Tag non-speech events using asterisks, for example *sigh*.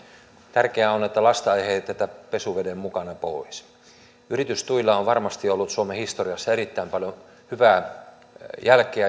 tärkeää on että lasta ei heitetä pesuveden mukana pois yritystuilla on varmasti ollut suomen historiassa erittäin paljon hyvää jälkeä *unintelligible*